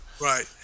Right